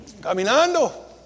caminando